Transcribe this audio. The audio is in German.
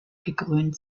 gekrönt